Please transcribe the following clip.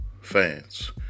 fans